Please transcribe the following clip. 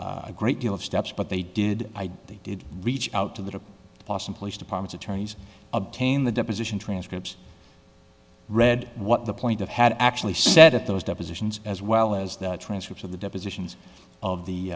a great deal of steps but they did they did reach out to the boston police department attorneys obtain the deposition transcripts read what the point of had actually said at those depositions as well as that transcript of the depositions of the